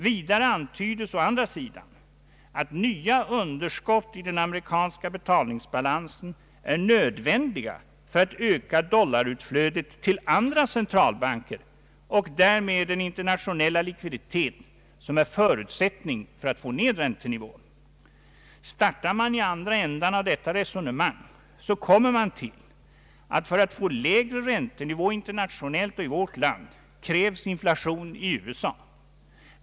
Vidare antydes å andra sidan att nya underskott i den amerikanska betal ningsbalansen är nödvändiga för att öka dollarutflödet till andra centralbanker och därmed den internationella likviditet som är förutsättningen för att få ned räntenivån. Startar man i andra änden av detta resonemang, kommer man till att för att få lägre räntenivå internationellt och i vårt land krävs inflation i USA.